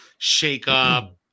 shakeup